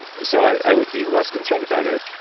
so i would be less concerned about it.